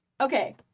Okay